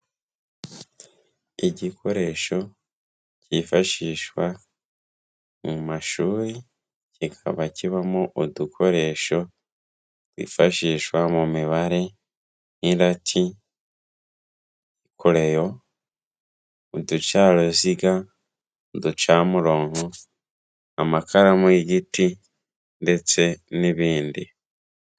Igikoresho kifashishwa mu mashuri kikaba kibamo udukoresho twifashishwa mu mibare nk'irati, koreyo, uducaruziga, udacamurongo, amakaramu y'igiti ndetse n'ibindi.